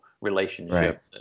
relationship